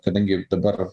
kadangi dabar